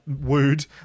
wooed